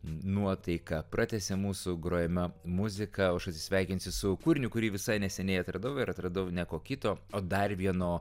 nuotaiką pratęsia mūsų grojama muzika o aš atsisveikinsi su kūriniu kurį visai neseniai atradau ir atradau ne ko kito o dar vieno